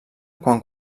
quan